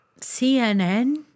CNN